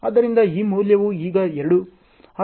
ಆದ್ದರಿಂದ ಈ ಮೌಲ್ಯವು ಈಗ 2 ಸರಿ